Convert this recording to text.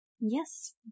Yes